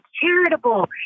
charitable